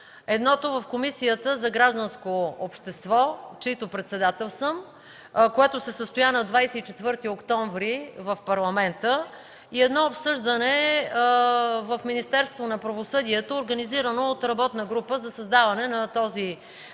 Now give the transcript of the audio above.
едното в Комисията за гражданско общество, чийто председател съм, което се състоя на 24 октомври в Парламента, и едно обсъждане в Министерството на правосъдието, организирано от работна група за създаване на този законопроект,